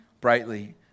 brightly